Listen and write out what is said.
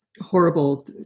horrible